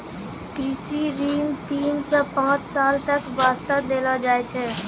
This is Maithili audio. कृषि ऋण तीन सॅ पांच साल तक वास्तॅ देलो जाय छै